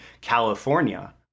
California